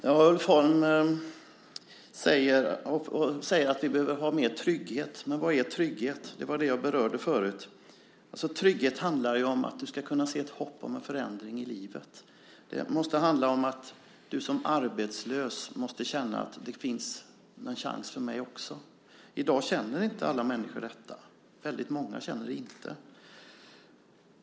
Herr talman! Ulf Holm säger att vi behöver mer trygghet. Men vad är trygghet? Jag berörde det förut. Trygghet handlar om att du ska kunna se ett hopp om en förändring i livet. Det måste handla om att du som arbetslös måste känna att det finns en chans för dig också. I dag känner inte alla människor detta. Väldigt många känner det inte.